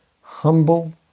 Humble